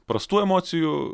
prastų emocijų